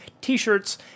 t-shirts